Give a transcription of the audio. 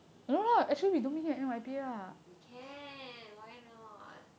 we can why not